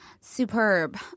Superb